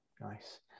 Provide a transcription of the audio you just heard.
nice